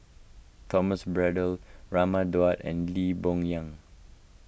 Thomas Braddell Raman Daud and Lee Boon Yang